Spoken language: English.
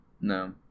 No